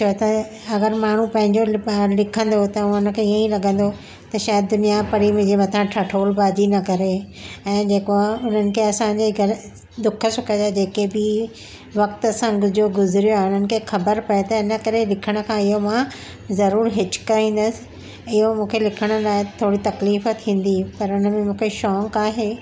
छो त अगरि माण्हू पंहिंजो लिपायड़ लिखंदो त हुनखे ईअं ई लॻंदो त शायदि दुनिया परे मुंहिंजे मथां ठठोलि बाज़ी न करे ऐं जेको आहे हुननि खे असांजे घरु दुख सुख जा जेके बि वक्ति सां जो गुज़रियो आहे त हुननि खे ख़बर पए त हिनकरे लिखणु खां इहो मां ज़रूरु हिचिकाईंदसि इहो मूंखे लिखण लाइ थोरी तकलीफ़ थींदी पर हुनमें मूंखे शौंक़ु आहे